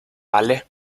vale